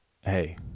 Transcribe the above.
Hey